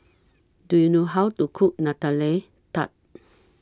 Do YOU know How to Cook Nutella Tart